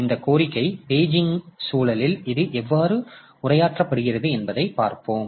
எனவே இந்த கோரிக்கை பேஜிங் சூழலில் இது எவ்வாறு உரையாற்றப்படுகிறது என்பதை பார்ப்போம்